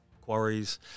quarries